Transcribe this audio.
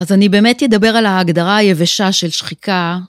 אז אני באמת אדבר על ההגדרה היבשה של שחיקה.